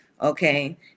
okay